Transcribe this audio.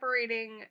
separating